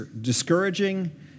discouraging